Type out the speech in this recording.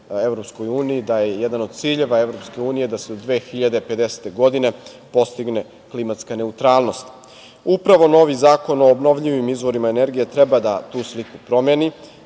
pristupanje EU da je jedan od ciljeva EU da se do 2050. godine postigne klimatska neutralnost. Upravo novi zakon o obnovljivim izvorima energije treba da tu sliku promeni